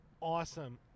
awesome